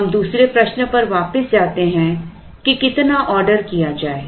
हम दूसरे प्रश्न पर वापस जाते हैं कि कितना आर्डर किया जाए